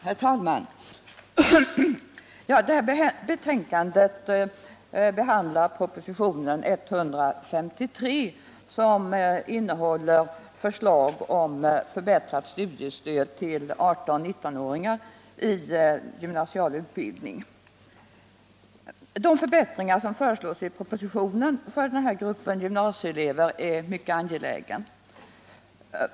Herr talman! Detta betänkande behandlar propositionen 153, som innehåller förslag om förbättrat studiestöd till 18-19-åringar i gymnasial utbildning. De förbättringar som föreslås i propositionen för denna grupp gymnasieelever är mycket angelägna.